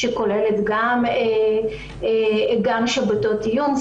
שכוללת גם שבתות עיון,